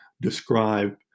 describe